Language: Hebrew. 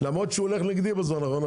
למרות שהוא הולך נגדי בזמן האחרון,